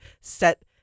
set